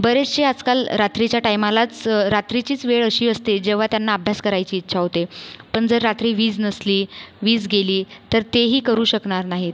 बरेचसे आजकाल रात्रीच्या टायमालाच रात्रीचीच वेळ अशी असते जेव्हा त्यांना अभ्यास करायची इच्छा होते पण जर रात्री वीज नसली वीज गेली तर तेही करू शकणार नाहीत